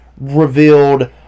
revealed